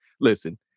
listen